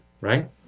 right